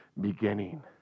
beginning